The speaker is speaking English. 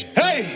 hey